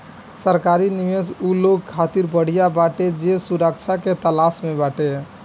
सरकारी निवेश उ लोग खातिर बढ़िया बाटे जे सुरक्षा के तलाश में बाटे